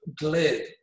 glib